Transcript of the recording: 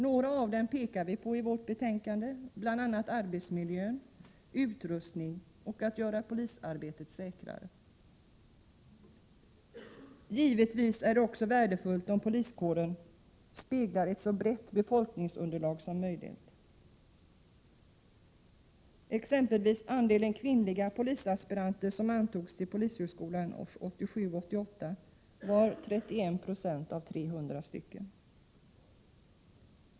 Några av dem pekar vi på i vårt betänkande, bl.a. arbetsmiljö, utrustning och möjligheterna att göra polisarbetet säkrare. Givetvis är det också värdefullt om poliskåren speglar ett så brett befolkningsunderlag som möjligt. Andelen kvinnliga polisaspiranter som antogs till polishögskolan 1987/88 var 31 96 av 300 sökande.